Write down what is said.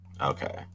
Okay